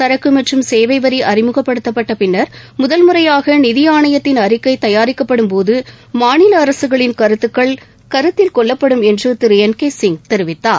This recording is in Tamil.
சரக்கு மற்றும் சேவை வரி அறிமுகப்படுத்தப்பட்ட பின்னர் முதல் முறையாக நிதி ஆணையத்தின் அறிக்கை தயாரிக்கப்படும்போது மாநில அரசுகளின் கருத்துக்கள் கருத்தில் கொள்ளப்படும் என்று திரு என் கே சிங் தெரிவித்தார்